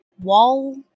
wall